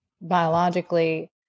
biologically